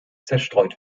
zerstreut